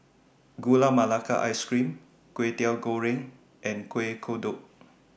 Gula Melaka Ice Cream Kway Teow Goreng and Kueh Kodok